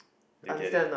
they get it